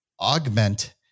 augment